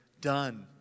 done